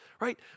right